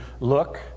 look